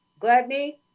Gladney